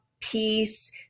peace